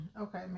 Okay